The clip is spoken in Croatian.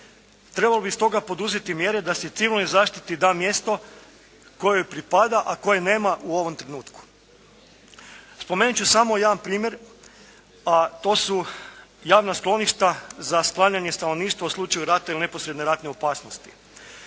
Trebalo bi stoga poduzeti mjere da se civilnoj zaštiti da mjesto koje joj pripada, a koje nema u ovom trenutku. Spomenut ću samo jedan primjer, a to su javna skloništa za sklanjanje stanovništva u slučaju rata ili neposredne ratne opasnosti.